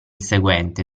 seguente